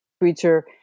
creature